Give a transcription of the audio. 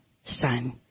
son